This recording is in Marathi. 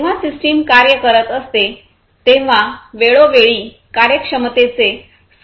जेव्हा सिस्टम कार्य करत असते तेव्हा वेळोवेळी कार्यक्षमतेचे स्व ऑप्टिमायझेशन करते